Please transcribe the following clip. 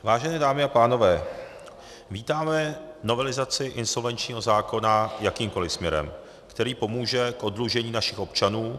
Vážené dámy a pánové, vítáme novelizaci insolvenčního zákona jakýmkoliv směrem, který pomůže k oddlužení našich občanů.